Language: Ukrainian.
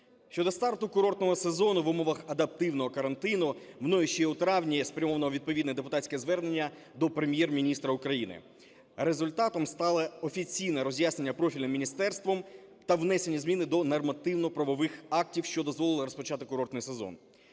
Щодо старту курортного сезону в умовах адаптивного карантину мною ще у травні спрямовано відповідне депутатське звернення до Прем'єр-міністра України. Результатом стали офіційне роз'яснення профільним міністерством та внесення змін до нормативно-правових актів, що дозволили розпочати курортний сезон.